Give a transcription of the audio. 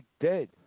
dead